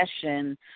session